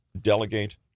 delegate